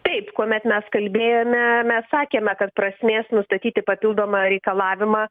taip kuomet mes kalbėjome mes sakėme kad prasmės nustatyti papildomą reikalavimą